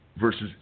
versus